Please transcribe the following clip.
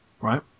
right